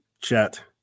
chat